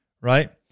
right